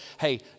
Hey